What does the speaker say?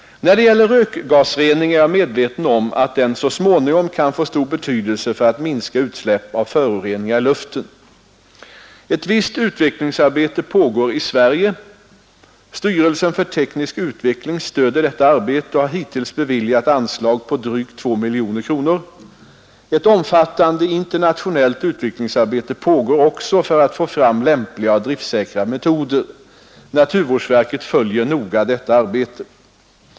När det gäller rökgasrening är jag medveten om att den så småningom kan få stor betydelse för att minska utsläpp av föroreningar i luften. Ett visst utvecklingsarbete pågår i Sverige. Styrelsen för teknisk utveckling stöder detta arbete och har hittills beviljat anslag på drygt 2 miljoner kronor. Ett omfattande internationellt utvecklingsarbete pågår också för att få fram lämpliga och driftsäkra metoder. Naturvårdsverket följer noga detta arbete.